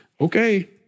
okay